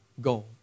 goal